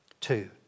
Two